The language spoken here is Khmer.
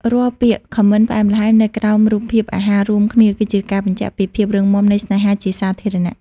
រាល់ពាក្យ Comment ផ្អែមល្ហែមនៅក្រោមរូបភាពអាហាររួមគ្នា គឺជាការបញ្ជាក់ពីភាពរឹងមាំនៃស្នេហាជាសាធារណៈ។